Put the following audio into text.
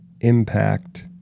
impact